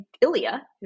Ilya